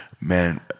man